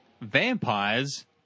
Vampires